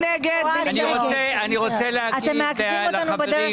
רוצה להגיד לחברים,